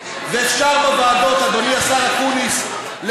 אל מול אונס של